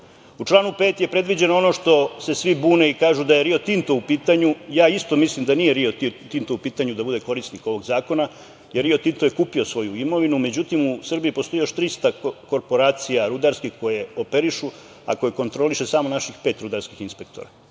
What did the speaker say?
članu 5. je predviđeno ono za šta se svi bune i kažu da je Rio Tinto u pitanju, ja isto mislim da nije Rio Tinto u pitanju da bude korisnik ovog zakona, jer Rio Tinto je kupio svoju imovinu, međutim u Srbiji postoji još 300 korporacija rudarskih koje operišu, a koje kontroliše samo naših pet rudarskih inspektora.